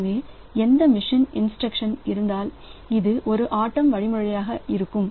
எனவே எந்த machine instruction இருந்தால் அது ஒரு ஆட்டம் வழிமுறையாக இருக்கும்